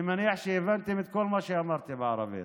אני מניח שהבנתם את כל מה שאמרתי בערבית.